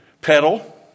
pedal